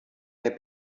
der